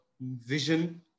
vision